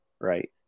right